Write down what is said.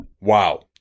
wow